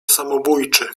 samobójczy